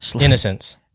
Innocence